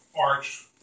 arch